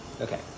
Okay